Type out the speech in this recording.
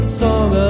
song